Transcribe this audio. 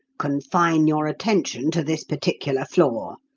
confine your attention to this particular floor,